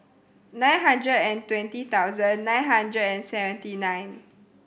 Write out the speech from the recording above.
nine hundred and twenty thousand nine hundred and seventy nine